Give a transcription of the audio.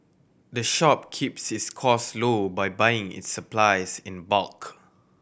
the shop keeps its cost low by buying its supplies in bulk